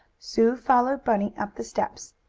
sue followed bunny up the steps.